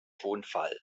tonfall